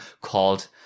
called